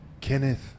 Kenneth